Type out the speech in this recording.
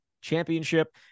championship